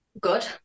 Good